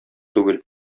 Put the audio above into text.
түгел